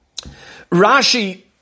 Rashi